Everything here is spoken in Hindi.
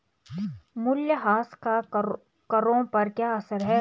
मूल्यह्रास का करों पर क्या असर है?